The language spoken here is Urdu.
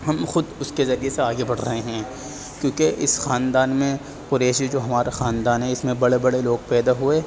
ہم خود اس کے ذریعہ سے آگے بڑھ رہے ہیں کیونکہ اس خاندان میں قریشی جو ہمارا خاندان ہے اس میں بڑے بڑے لوگ پیدا ہوئے